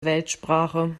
weltsprache